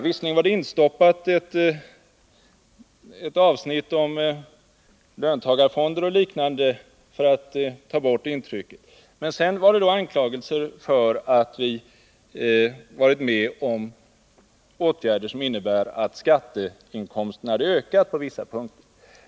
Visserligen var det instoppat ett avsnitt om löntagarfonder och liknande för att ta bort intrycket, men vi anklagades för att ha varit med om åtgärder som inneburit att skatteinkomsterna på vissa punkter ökat.